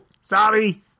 sorry